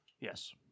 Yes